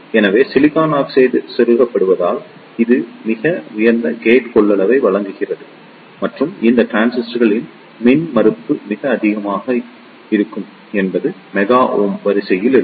எனவே silicon oxide செருகப்படுவதால் இது மிக உயர்ந்த கேட் கொள்ளளவை வழங்குகிறது மற்றும் இந்த டிரான்சிஸ்டர்களின் மின்மறுப்பு மிக அதிகமாக இருக்கும் என்பது மெகா ஓம் வரிசையில் இருக்கும்